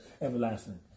everlasting